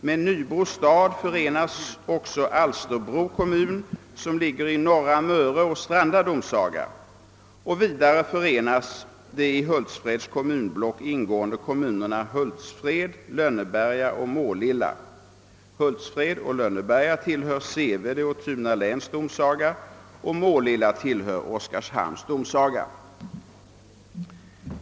Med Nybro stad förenas också Alsterbro kommun, som ligger i Norra Möre och Stranda domsaga. Vidare förenas de i Hultsfreds kommunblock ingående kommunerna Hultsfred, Lönneberga och Målilla. Hultsfred och Lönneberga tillhör Sevede och Tunaläns domsaga. Målilla tillhör Oskarshamns domsaga.